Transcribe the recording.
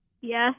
Yes